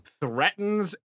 threatens